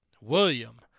William